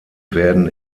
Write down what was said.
werden